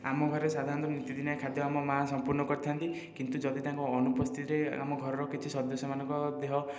ଆମ ଘରେ ସାଧାରଣତଃ ନୀତିଦିନିଆ ଖାଦ୍ୟ ଆମ ମା' ସମ୍ପୂର୍ଣ କରିଥାନ୍ତି କିନ୍ତୁ ଯଦି ତାଙ୍କ ଅନୁପସ୍ଥିତିରେ ଆମ ଘରର କିଛି ସଦସ୍ୟ ମାନଙ୍କ ଦେହ